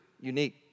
unique